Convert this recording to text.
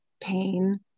pain